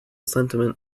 sentiment